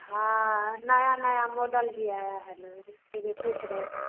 हाँ नया नया मॉडल भी आया है ना इसीलिए पूछ रहे हैं